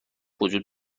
وجود